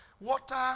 Water